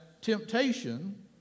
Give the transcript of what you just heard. temptation